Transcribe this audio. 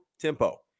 tempo